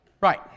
Right